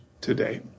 today